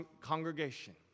congregation